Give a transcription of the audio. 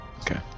Okay